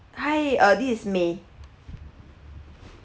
hi uh this is may